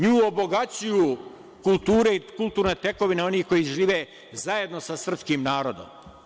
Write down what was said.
Nju obogaćuju kultura i kulturna tekovina onih koji žive zajedno sa srpskim narodom.